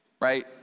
right